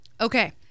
Okay